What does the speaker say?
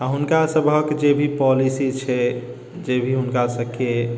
आओर हुनका सभक जे भी पॉलिसी छै जे भी हुनका सभके